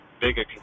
bigger